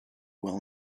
well